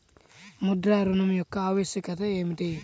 ముద్ర ఋణం యొక్క ఆవశ్యకత ఏమిటీ?